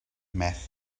meth